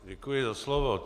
Děkuji za slovo.